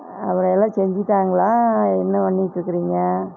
அதெல்லாம் செஞ்சுட்டாங்களா என்ன பண்ணிட்டிருக்கிறீங்க